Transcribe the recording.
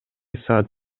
саат